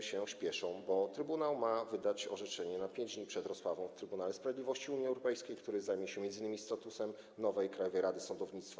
się spieszą, bo trybunał ma wydać orzeczenie na 5 dni przed rozprawą w Trybunale Sprawiedliwości Unii Europejskiej, który zajmie się m.in. statusem nowej Krajowej Rady Sądownictwa.